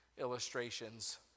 illustrations